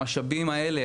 המשאבים האלה,